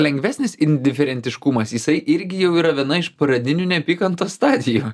lengvesnis indiferentiškumas jisai irgi jau yra viena iš pradinių neapykantos stadijų